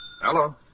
Hello